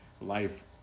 Life